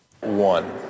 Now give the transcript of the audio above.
One